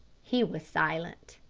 he was silent.